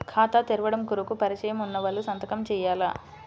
ఖాతా తెరవడం కొరకు పరిచయము వున్నవాళ్లు సంతకము చేయాలా?